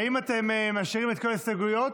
האם אתם משאירים את כל ההסתייגויות,